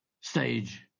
stage